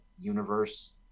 universe